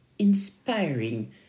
Inspiring